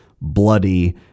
bloody